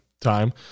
time